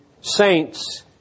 saints